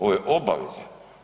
Ovo je obaveza.